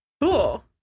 Cool